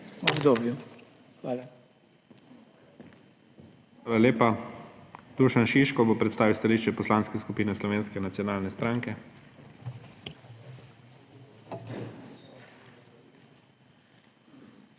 Hvala lepa. Dušan Šiško bo predstavil stališče Poslanske skupine Slovenske nacionalne stranke.